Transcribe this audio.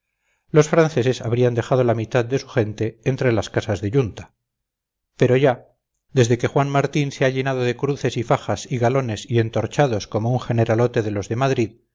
los franceses habrían dejado la mitad de su gente entre las casas de yunta pero ya desde que juan martín se ha llenado de cruces y fajas y galones y entorchados como un generalote de los de madrid